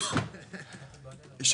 אנשים סבלו.